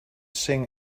sing